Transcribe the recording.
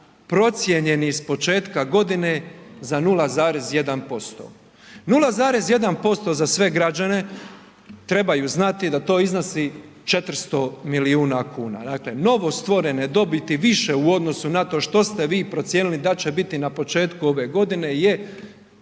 procijenjeni iz početka godine za 0,1%, 0,1% za sve građane, trebaju znati da to iznosi 400 milijuna kuna, dakle novostvorene dobiti više u odnosu na to što ste vi procijenili da će biti na početku ove godine je